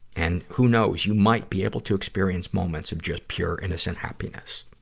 and, who knows? you might be able to experience moments of just pure, innocent happiness.